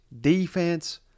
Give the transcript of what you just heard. defense